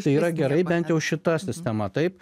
tai yra gerai bent jau šita sistema taip